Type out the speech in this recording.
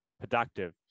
productive